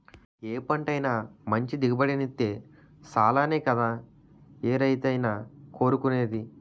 ఏ పంటైనా మంచి దిగుబడినిత్తే సాలనే కదా ఏ రైతైనా కోరుకునేది?